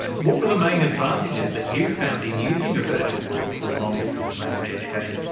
what were the main advantages that you found in using a virtual world for long-distance language education,